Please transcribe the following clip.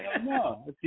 No